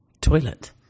toilet